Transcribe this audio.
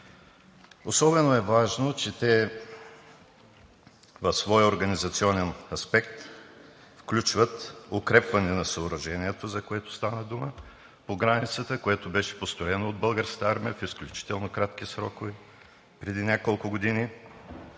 Особено важно е, че те в своя организационен аспект включват укрепване на съоръжението, за което стана дума по границата, което беше построено от българската армия в изключително кратки срокове преди няколко години.